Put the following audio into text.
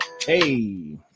Hey